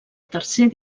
tercer